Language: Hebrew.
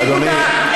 נקודה,